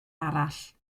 arall